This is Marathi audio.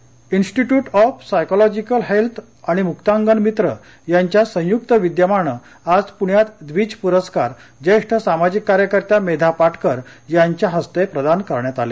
पुरस्कार institute of psychological health आणि मुक्तांगणमित्र यांच्या संयुक्त विद्यमानं आज पुण्यात द्विज पुरस्कार जेष्ठ सामाजिक कार्यकर्त्या मेधा पा किर यांच्या हस्ते प्रदान करण्यात आले